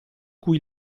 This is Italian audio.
cui